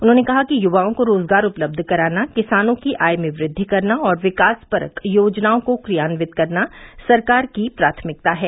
उन्होंने कहा कि यूवाओं को रोजगार उपलब्ध कराना किसानों की आय में वृद्वि करना और विकासपरक योजनाओं को क्रियान्वित करना सरकार की प्राथमिकता है